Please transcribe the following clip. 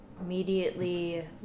immediately